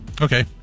Okay